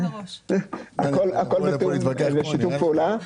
הכול בתיאום ובשיתוף פעולה.